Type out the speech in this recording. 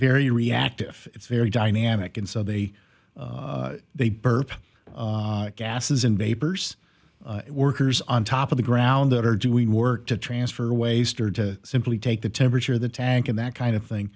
very reactive it's very dynamic and so they they burp gases in vapors workers on top of the ground that are doing work to transfer waster to simply take the temperature of the tank and that kind of thing